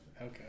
okay